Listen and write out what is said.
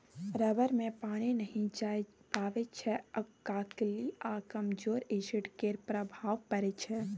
rubber मे पानि नहि जाए पाबै छै अल्काली आ कमजोर एसिड केर प्रभाव परै छै